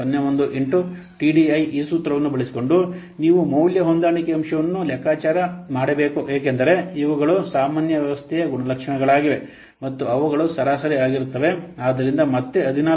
01ಇಂಟು TDI ಈ ಸೂತ್ರವನ್ನು ಬಳಸಿಕೊಂಡು ನೀವು ಮೌಲ್ಯ ಹೊಂದಾಣಿಕೆ ಅಂಶವನ್ನು ಲೆಕ್ಕಾಚಾರ ಮಾಡಬೇಕು ಏಕೆಂದರೆ ಇವುಗಳು ಸಾಮಾನ್ಯ ವ್ಯವಸ್ಥೆಯ ಗುಣಲಕ್ಷಣಗಳಾಗಿವೆ ಮತ್ತು ಅವುಗಳು ಸರಾಸರಿ ಆಗಿರುತ್ತವೆ ಆದ್ದರಿಂದ ಮತ್ತೆ 14 ಇಂಟು 3 ಅದು 1